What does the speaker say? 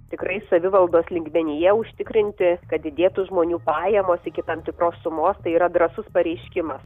tikrai savivaldos lygmenyje užtikrinti kad didėtų žmonių pajamos iki tam tikros sumos tai yra drąsus pareiškimas